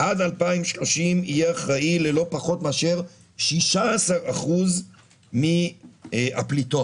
עד 2030 יהיה אחראי ללא פחות מאשר 16% מן הפליטות,